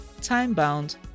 time-bound